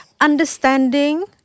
understanding